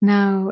Now